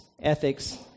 ethics